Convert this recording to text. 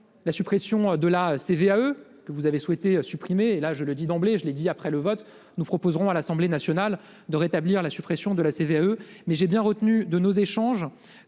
La suppression de la CVAE. Vous avez souhaité supprimer et là je le dis d'emblée, je l'ai dit après le vote. Nous proposerons à l'Assemblée nationale de rétablir la suppression de la CVAE. Mais j'ai bien retenu de nos échanges